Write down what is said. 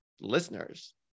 listeners